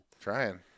Trying